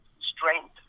strength